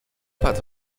parts